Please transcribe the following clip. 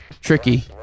Tricky